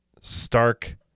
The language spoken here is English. stark